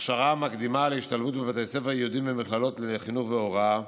הכשרה מקדימה להשתלבות בבתי ספר יהודיים במכללות לחינוך והוראה: